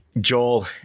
Joel